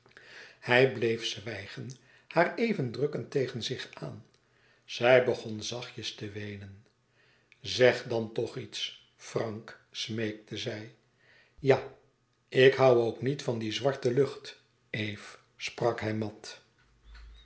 hij bleef zwijgen haar even drukkend tegen zich aan zij begon zachtjes te weenen zeg dan toch iets frank smeekte zij ja ik hoû ook niet van die zwarte lucht eve sprak hij